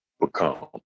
become